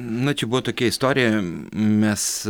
na čia buvo tokia istorija mes